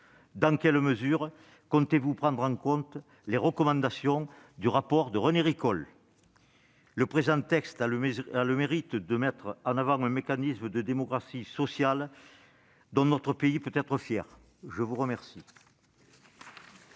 Dans quelle mesure comptez-vous prendre en compte les recommandations du rapport de René Ricol ? Cette proposition de résolution a le mérite de mettre en avant un mécanisme de démocratie sociale, dont notre pays peut être fier. La parole